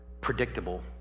predictable